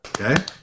Okay